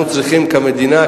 אנחנו צריכים כמדינה,